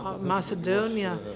Macedonia